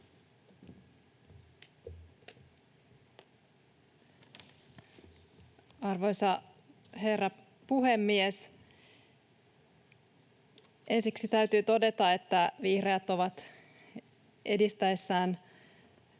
Arvoisa herra puhemies! Ensiksi täytyy todeta, että vihreät ovat edistäessään